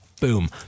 Boom